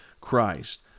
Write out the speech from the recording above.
Christ